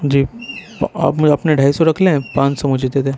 جی اور آپ اپنے ڈھائی سو رکھ لیں پانچ سو مجھے دے دیں